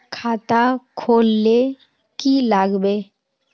खाता खोल ले की लागबे?